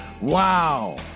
wow